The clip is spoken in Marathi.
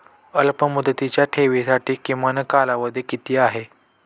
अल्पमुदतीच्या ठेवींसाठी किमान कालावधी किती आहे?